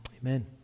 amen